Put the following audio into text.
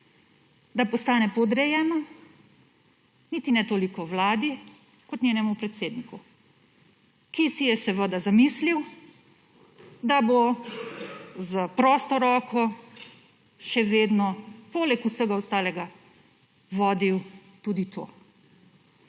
postane podrejena, niti ne toliko Vladi kot njenemu predsedniku, ki si je seveda zamislil, da bo s prosto roko še vedno poleg vsega ostalega vodil tudi to.